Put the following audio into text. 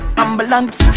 ambulance